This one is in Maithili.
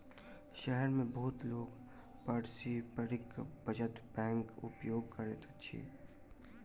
शहर मे बहुत लोक पारस्परिक बचत बैंकक उपयोग करैत अछि